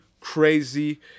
Crazy